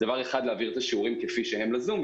זה דבר אחד להעביר את השיעורים כפי שהם בזום,